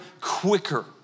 quicker